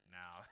now